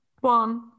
One